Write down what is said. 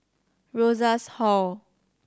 Rosas Hall